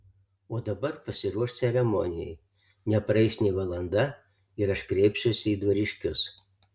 o dabar pasiruošk ceremonijai nepraeis nė valanda ir aš kreipsiuosi į dvariškius